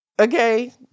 Okay